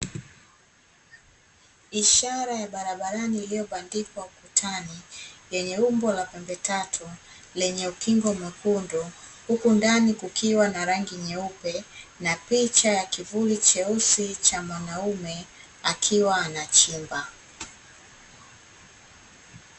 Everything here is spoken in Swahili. Ishara ya barabarani iliyobandikwa ukutani, yenye umbo la pembe tatu lenye ukingo mwekundu, huku ndani kukiwa na rangi nyeupe na picha ya kivuli cheusi cha mwanaume akiwa anachimba.